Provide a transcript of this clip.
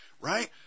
Right